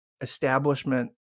establishment